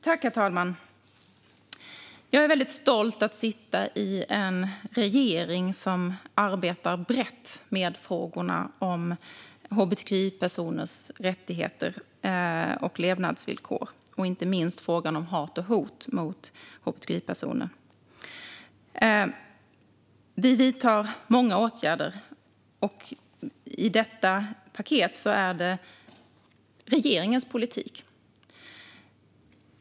Herr talman! Jag är väldigt stolt över att sitta i en regering som arbetar brett med frågorna om hbtqi-personers rättigheter och levnadsvillkor, och inte minst frågan om hat och hot mot hbtqi-personer. Vi vidtar många åtgärder. Och i detta paket är det regeringens politik.